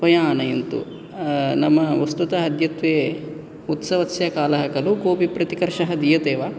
कृपया आनयन्तु नाम वस्तुतः अद्यत्वे उत्सवस्य कालः खलु कोऽपि प्रतिकर्षः दीयते वा